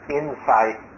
insight